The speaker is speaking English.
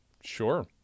Sure